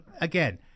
again